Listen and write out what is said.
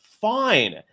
fine